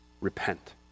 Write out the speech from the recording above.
Repent